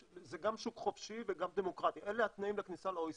שוק חופשי וגם דמוקרטי, אלה התנאים לכניסה ל-OECD.